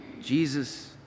Jesus